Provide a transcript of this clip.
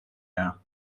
air